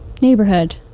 neighborhood